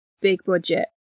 big-budget